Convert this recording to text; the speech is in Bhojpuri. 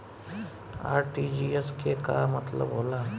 आर.टी.जी.एस के का मतलब होला?